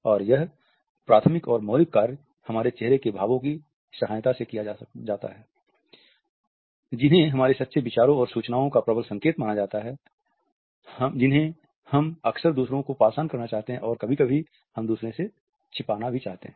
और यह प्राथमिक और मौलिक कार्य हमारे चेहरे के भावों की सहायता से किया जाता है जिन्हें हमारे सच्चे विचारों और सूचनाओं का प्रबल संकेत माना जाता है जिन्हें हम अक्सर दूसरों को पास करना चाहते हैं और कभी कभी हम दूसरों से छिपाना भी चाहते हैं